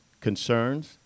concerns